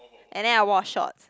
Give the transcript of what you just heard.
and then I wore short